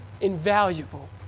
invaluable